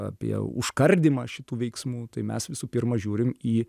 apie užkardymą šitų veiksmų tai mes visų pirma žiūrim į